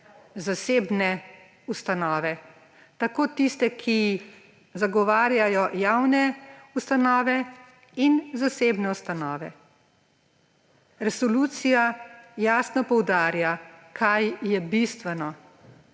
zasebne ustanove, tako tiste, ki zagovarjajo javne ustanove in zasebne ustanove. Resolucija jasno poudarja, kaj je bistveno.